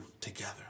together